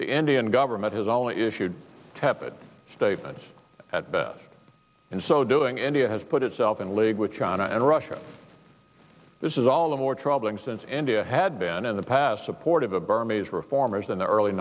the indian government has only issued tepid statements at best in so doing india has put itself in league with china and russia this is all the more troubling since india had been in the past supportive of burma is reformers in the early